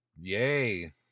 Yay